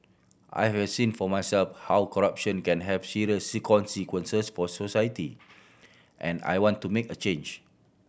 I have seen for myself how corruption can have serious consequences for society and I want to make a change